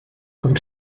com